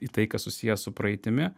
į tai kas susiję su praeitimi